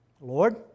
Lord